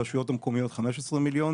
הרשויות המקומיות 15,000,000,